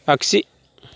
आगसि